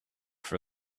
for